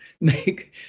make